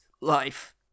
life